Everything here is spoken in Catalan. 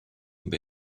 amb